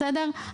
בסדר?